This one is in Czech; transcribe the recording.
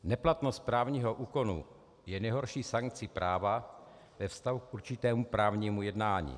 Neplatnost právního úkonu je nejhorší sankcí práva ve vztahu k určitému právnímu jednání.